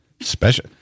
Special